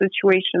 situation